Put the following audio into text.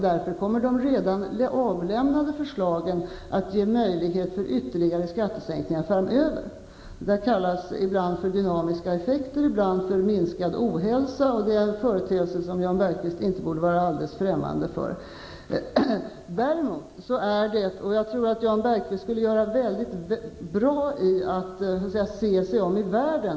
Därför kommer de redan avlämnade förslagen att ge utrymme för ytterligare skattesänkningar framöver. Detta kallas ibland för dynamiska effekter, ibland för minskad ohälsa, och det är något som Jan Bergqvist inte borde vara alldeles främmande för. Jag tror vidare att det skulle vara bra om Jan Bergqvist ville se sig om i världen.